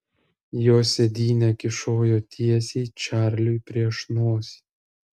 jos sėdynė kyšojo tiesiai čarliui prieš nosį